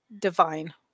divine